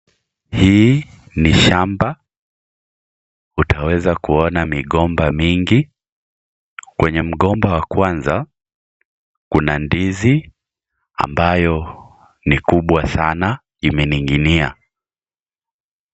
Hii ni shamba. Utaweza kuona migomba mingi. Kwenye migomba wa kwanza, kuna ndizi ambayo ni kubwa sana imeninginia.